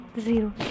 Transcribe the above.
zero